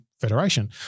Federation